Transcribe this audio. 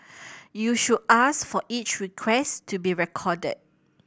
you should ask for each request to be recorded